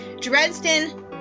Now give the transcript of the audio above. Dresden